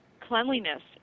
cleanliness